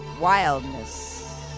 wildness